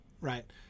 right